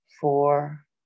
Four